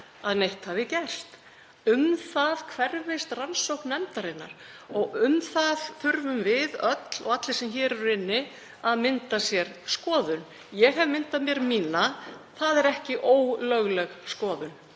að neitt hafi gerst. Um það hverfist rannsókn nefndarinnar og um það þurfum við öll og allir sem hér eru inni að mynda sér skoðun. Ég hef myndað mér mína, það er ekki ólögleg skoðun.